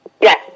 Yes